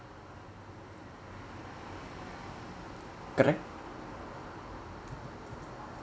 correct